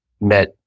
met